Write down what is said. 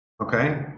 Okay